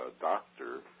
doctor